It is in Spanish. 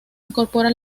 incorpora